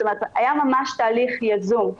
היה ממש תהליך יזום,